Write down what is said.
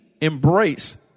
embrace